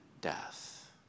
death